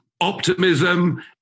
optimism